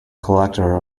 collector